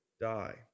die